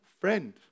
friend